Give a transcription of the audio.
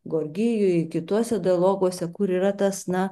gorgijo ir kituose dialoguose kur yra tas na